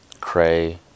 cray